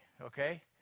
okay